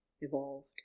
evolved